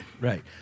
Right